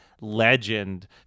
Legend